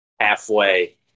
halfway